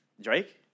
Drake